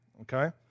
Okay